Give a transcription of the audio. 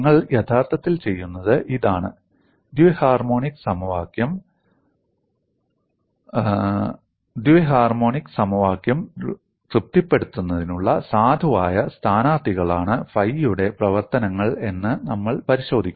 നിങ്ങൾ യഥാർത്ഥത്തിൽ ചെയ്യുന്നത് ഇതാണ് ദ്വി ഹാർമോണിക് സമവാക്യം ദ്വി ഹാർമോണിക് സമവാക്യം തൃപ്തിപ്പെടുത്തുന്നതിനുള്ള സാധുവായ സ്ഥാനാർത്ഥികളാണ് ഫൈയുടെ പ്രവർത്തനങ്ങൾ എന്ന് നമ്മൾ പരിശോധിക്കും